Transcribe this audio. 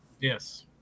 Yes